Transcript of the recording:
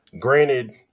granted